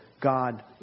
God